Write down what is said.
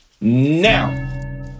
now